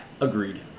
agreed